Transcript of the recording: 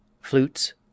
Flutes